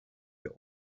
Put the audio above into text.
the